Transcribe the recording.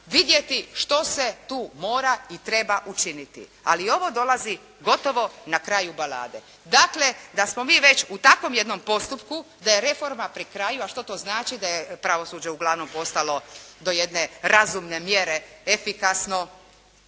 vidjeti što se tu mora i treba učiniti, ali ovo dolazi gotovo na kraju balade. Dakle da smo mi već u takvom jednom postupku da je reforma pri kraju. A što to znači da je pravosuđe uglavnom postalo do jedne razumne mjere efikasno,